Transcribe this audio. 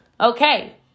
Okay